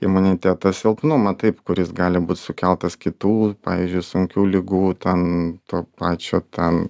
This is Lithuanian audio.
imuniteto silpnumą taip kuris gali būt sukeltas kitų pavyzdžiui sunkių ligų ten to pačio ten